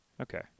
Okay